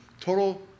total